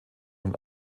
und